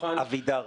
אבידר,